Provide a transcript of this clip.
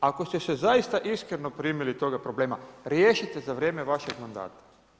Ako ste se zaista iskreno primili toga problema, riješite za vrijeme vašeg mandata.